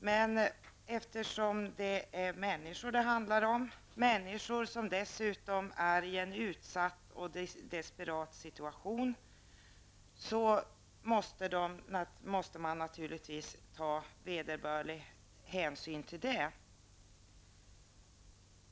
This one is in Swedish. Men eftersom det är människor det handlar om, människor som befinner sig i en utsatt och desperat situation, måste man naturligtvis ta vederbörlig hänsyn till detta.